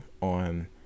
on